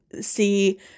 see